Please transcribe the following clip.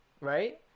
right